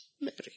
Mary